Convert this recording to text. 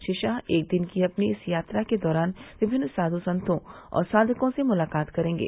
श्री शाह एक दिन की अपनी इस यात्रा के दौरान विभिन्न साध् संतों और साघकों से मुलाकात करेंगे